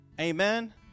Amen